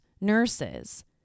nurses